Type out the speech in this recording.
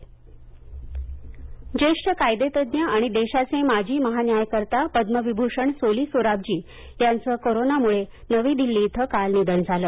सोली सोराबजी निधन ज्येष्ठ कायदेतज्ज्ञ आणि देशाचे माजी महान्यायकर्ता पद्मविभूषण सोली सोराबजी यांच कोरोनामुळे नवी दिल्ली इथं काल निधन झालं